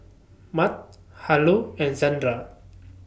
Mart Harlow and Zandra